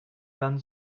run